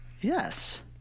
Yes